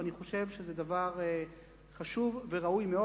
וזה דבר חשוב וראוי מאוד.